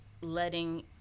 letting